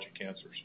cancers